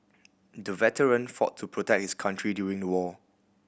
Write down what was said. the veteran fought to protect his country during the war